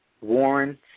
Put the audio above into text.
Warren